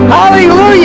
Hallelujah